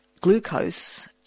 glucose